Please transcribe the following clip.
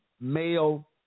male –